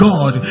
God